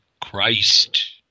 Christ